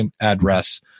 address